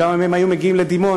כמה מהם היו מגיעים לדימונה,